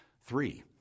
three